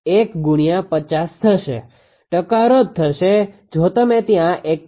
ટકા રદ થશે જો તમે ત્યાં 1